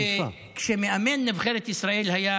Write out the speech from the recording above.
כשמאמן נבחרת ישראל היה